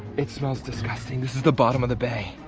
it smells disgusting. this is the bottom of the bay.